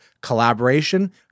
collaboration